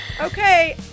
Okay